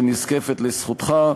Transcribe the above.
שנזקפת לזכותך.